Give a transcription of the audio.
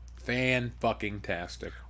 Fan-fucking-tastic